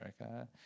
America